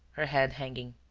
her head hanging.